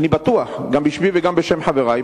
גם בשמי וגם בשם חברי,